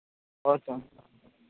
ᱦᱳᱭ ᱛᱚ